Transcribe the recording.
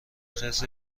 خرس